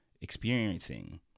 experiencing